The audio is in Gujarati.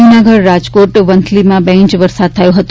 જૂનાગઢ રાજકોટ વંથલીમાં બે ઇંચ જેટલો વરસાદ થયો હતો